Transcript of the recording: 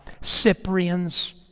Cyprians